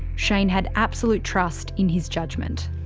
shane had absolute trust in his judgement.